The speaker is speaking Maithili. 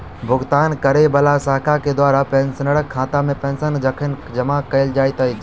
भुगतान करै वला शाखा केँ द्वारा पेंशनरक खातामे पेंशन कखन जमा कैल जाइत अछि